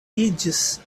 iĝis